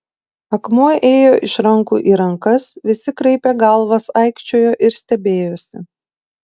akmuo ėjo iš rankų į rankas visi kraipė galvas aikčiojo ir stebėjosi